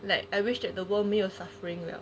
like I wished that the world 没有 suffering lah